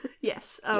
Yes